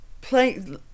play